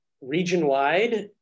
region-wide